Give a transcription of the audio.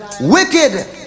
Wicked